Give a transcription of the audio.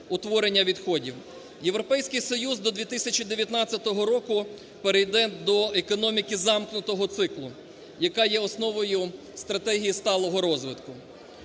утворення відходів. Європейський Союз до 2019 року перейде до економіки замкнутого циклу, яка є основою стратегії сталого розвитку.